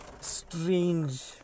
strange